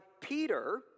Peter